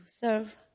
serve